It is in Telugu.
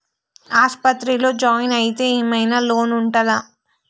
ఆస్పత్రి లో జాయిన్ అయితే ఏం ఐనా లోన్ ఉంటదా?